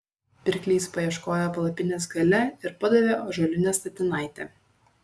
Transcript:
pirklys paieškojo palapinės gale ir padavė ąžuolinę statinaitę